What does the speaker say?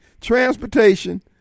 transportation